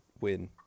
win